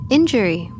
Injury